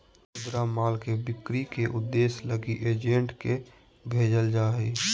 खुदरा माल के बिक्री के उद्देश्य लगी एजेंट के भेजल जा हइ